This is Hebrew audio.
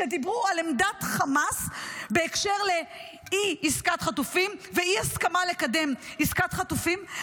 שדיברו על עמדת חמאס בהקשר לאי-עסקת חטופים ואי-הסכמה לקדם עסקת חטופים,